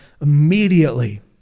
immediately